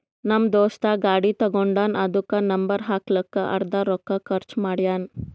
ನಮ್ ದೋಸ್ತ ಗಾಡಿ ತಗೊಂಡಾನ್ ಅದುಕ್ಕ ನಂಬರ್ ಹಾಕ್ಲಕ್ಕೆ ಅರ್ದಾ ರೊಕ್ಕಾ ಖರ್ಚ್ ಮಾಡ್ಯಾನ್